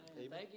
Amen